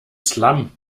slum